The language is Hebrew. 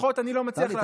לפחות אני לא מצליח להבין,